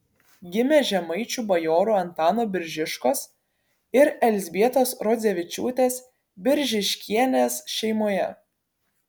gimė žemaičių bajorų antano biržiškos ir elzbietos rodzevičiūtės biržiškienės šeimoje